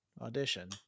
audition